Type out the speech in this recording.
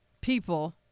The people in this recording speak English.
people